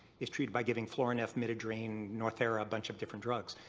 it's treated by giving florinef, midodrine, northera, a bunch of different drugs.